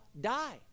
die